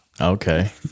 Okay